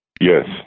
Yes